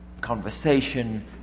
conversation